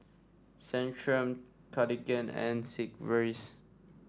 Centrum Cartigain and Sigvaris